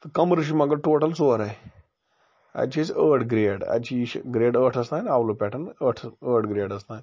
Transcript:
تہٕ کَمرٕ چھِ مگر ٹوٹَل ژورٔے اَتہِ چھِ أسۍ ٲٹھ گرٛیڈ اَتہِ چھِ یہِ چھُ گرٛیڈ ٲٹھَس تانۍ اَولہٕ پٮ۪ٹھ ٲٹھَس ٲٹھ گرٛیڈَس تانۍ